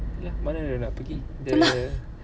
tu lah